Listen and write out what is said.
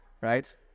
right